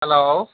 hello